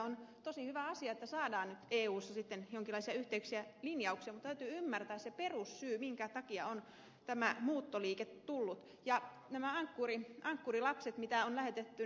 on hyvä asia että saadaan nyt eussa yhteisiä linjauksia mutta täytyy ymmärtää se perussyy minkä takia tämä muuttoliike on syntynyt ja ankkurilapset joita on lähetetty